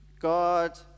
God